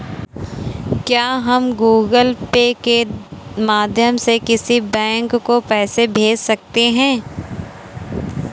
क्या हम Google Pay के माध्यम से किसी बैंक को पैसे भेज सकते हैं?